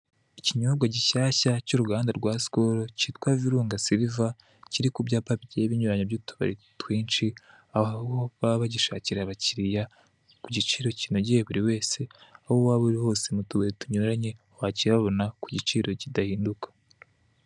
Ikinyobwa gishyashya cy'uruganda rwa sikolo kitwa virunga siliva kiri ku byapa bigiye binyuranye by'utubari twinshi, aho baba bagishakira abakiriya ku giciro kinogeye buri wese aho waba uri hose mu tubari tunyuranye wakihabona ku giciro kidahinduka.